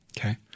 Okay